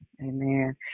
Amen